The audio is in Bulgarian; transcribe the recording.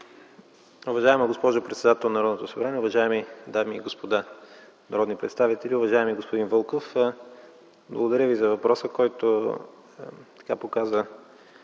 Уважаема госпожо председател на Народното събрание, уважаеми дами и господа народни представители! Уважаеми господин Вълков, благодаря за въпроса, който показва